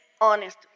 honest